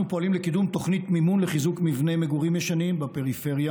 אנחנו פועלים לקידום תוכנית מימון לחיזוק מבני מגורים ישנים בפריפריה,